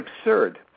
absurd